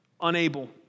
unable